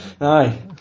Aye